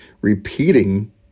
repeating